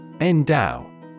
Endow